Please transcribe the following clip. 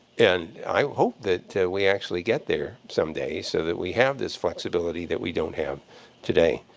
and i hope that we actually get there someday so that we have this flexibility that we don't have today.